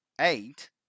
eight